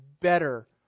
better